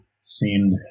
seemed